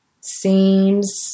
seems